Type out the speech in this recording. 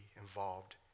involved